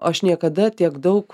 aš niekada tiek daug